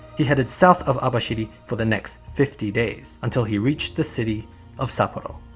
he headed south of abashiri for the next fifty days until he reached the city of sapporo.